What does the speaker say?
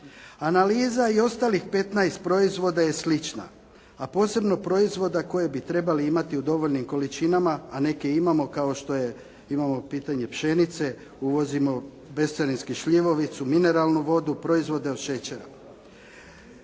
Analiza i ostalih 15 proizvoda je slična, a posebno proizvoda koje bi trebali imati u dovoljnim količinama a neke imamo kao što je, imamo pitanje pšenice, uvozimo bescarinski šljivovicu, mineralnu vodu, proizvode od šećera.